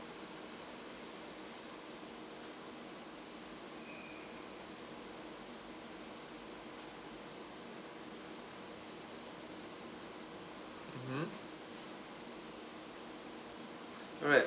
mmhmm alright